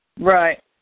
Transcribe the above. Right